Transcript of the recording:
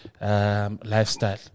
lifestyle